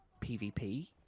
PVP